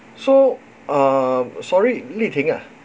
so um sorry lee ting ah